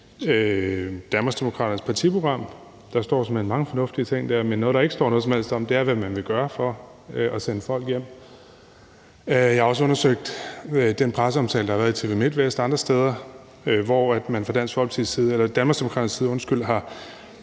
Danmarksdemokraternes partiprogram. Der står såmænd mange fornuftige ting der, men noget, der ikke står noget som helst om, er, hvad man vil gøre for at sende folk hjem. Jeg har også undersøgt den presseomtale, der har været i TV MIDTVEST og andre steder, hvor man fra Danmarksdemokraternes side har